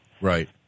Right